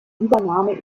übernahme